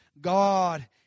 God